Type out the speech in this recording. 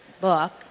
book